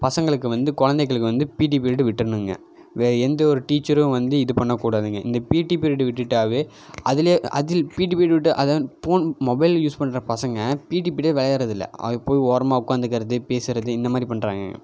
பசங்களுக்கு வந்து குழந்தைகளுக்கு வந்து பீட்டி பீரியட் விட்டுடணுங்க வேறு எந்த ஒரு டீச்சரும் வந்து இது பண்ண கூடாதுங்க இந்த பீட்டி பீரியட் விட்டுவிட்டாவே அதிலேயே அதில் பீட்டி பீரியட் விட்டு அது போன் மொபைல் யூஸ் பண்ணுற பசங்கள் பீட்டி பீரியட் விளையாட்றதே இல்லை அங்கே போய் ஓரமாக உட்காந்துக்குறது பேசுவது இந்த மாதிரி பண்ணுறாங்க